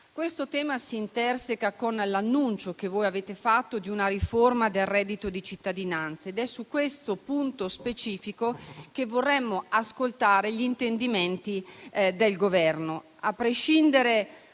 Questo tema si interseca con l'annuncio che voi avete fatto di una riforma del reddito di cittadinanza ed è su questo punto specifico che vorremmo ascoltare gli intendimenti del Governo.